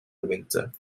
winter